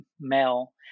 male